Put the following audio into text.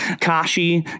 Kashi